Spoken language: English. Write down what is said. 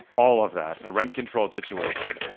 all of that. a rent-controlled situation.